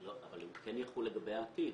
אבל כן יחול לגבי העתיד.